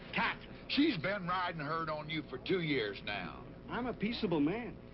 katherine. she's been riding herd on you for two years now. i'm a peaceable man,